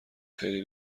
خیلی